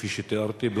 כפי שתיארתי,